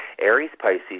Aries-Pisces